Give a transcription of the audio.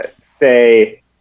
say